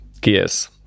gears